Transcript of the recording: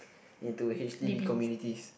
into H_D_B communities